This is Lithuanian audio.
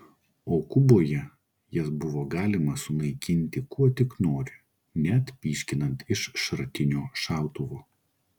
o kuboje jas buvo galima sunaikinti kuo tik nori net pyškinant iš šratinio šautuvo